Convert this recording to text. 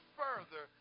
further